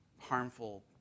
harmful